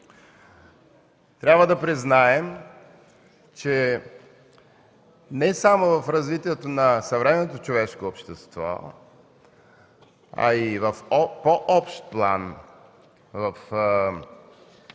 Трябва да признаем, че не само в развитието на съвременното човешко общество, а и в по-общ план в